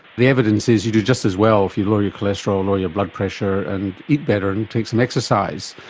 the evidence is you do just as well if you lower your cholesterol, and lower your blood pressure and eat better and take some exercise.